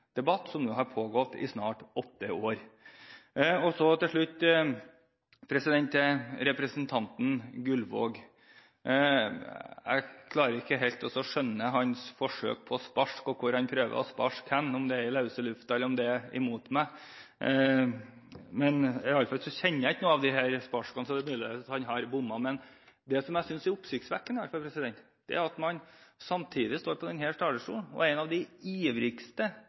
debatt som har pågått i snart åtte år. Så til representanten Gullvåg: Jeg klarer ikke helt å skjønne hans forsøk på spark og hvor han prøver å sparke hen – om det er i løse lufta eller om det er mot meg. I alle fall kjenner jeg ikke noen av de sparkene, så det er mulig at han har bommet. Men det jeg synes er oppsiktsvekkende, er at man samtidig står på denne talerstolen og er en av de ivrigste